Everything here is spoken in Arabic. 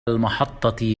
المحطة